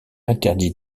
interdit